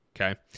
Okay